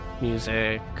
Music